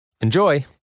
Enjoy